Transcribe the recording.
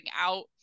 out